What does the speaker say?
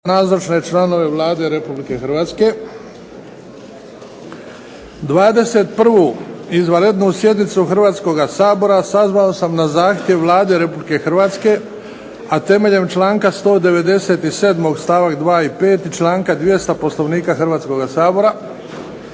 nazočne članove Vlade Republike Hrvatske. 21. izvanrednu sjednicu HRvatskog sabora sazvao sam na zahtjev Vlade Republike Hrvatske, a temeljem članka 197. stavak 2. i 5. i članka 200. POslovnika Hrvatskog sabora,